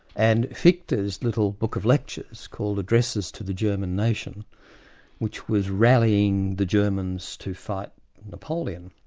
and fichte's little book of lectures called addresses to the german nation which was rallying the germans to fight napoleon,